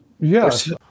Yes